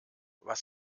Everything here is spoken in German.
was